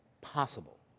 possible